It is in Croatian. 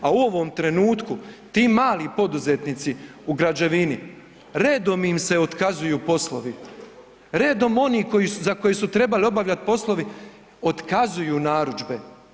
A u ovom trenutku ti mali poduzetnici u građevini, redom im se otkazuju poslovi, redom oni za koje su trebali obavljat poslove, otkazuju narudžbe.